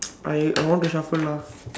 I I want to shuffle mah